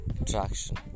attraction